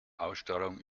ausstrahlung